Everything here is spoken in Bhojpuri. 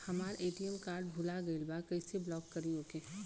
हमार ए.टी.एम कार्ड भूला गईल बा कईसे ब्लॉक करी ओके?